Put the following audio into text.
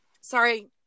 Sorry